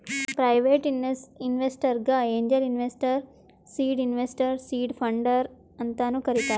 private ಇನ್ವೆಸ್ಟರ್ಗ angel investor, seed investor, seed funder ಅಂತಾನು ಕರಿತಾರ್